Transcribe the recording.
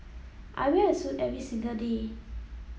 I wear a suit every single day